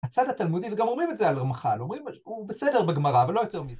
הצד התלמודי, וגם אומרים את זה על הרמח"ל, אומרים שהוא בסדר בגמרא, ולא יותר מפה.